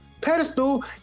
Pedestal